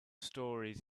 stories